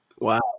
Wow